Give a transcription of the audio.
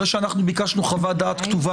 -- כשהוא אמר שאתם חבורת נוכלים.